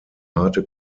harte